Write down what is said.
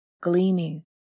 gleaming